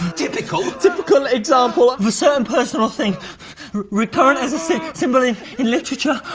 typical. typical example of a certain person or thing recurrent as a symbol in literature,